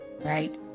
Right